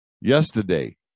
Yesterday